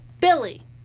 Billy